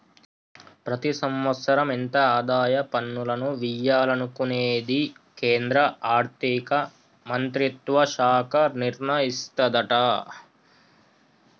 ప్రతి సంవత్సరం ఎంత ఆదాయ పన్నులను వియ్యాలనుకునేది కేంద్రా ఆర్థిక మంత్రిత్వ శాఖ నిర్ణయిస్తదట